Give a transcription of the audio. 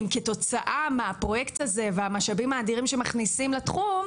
אם כתוצאה מהפרויקט הזה והמשאבים האדירים שמכניסים לתחום,